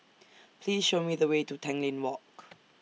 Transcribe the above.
Please Show Me The Way to Tanglin Walk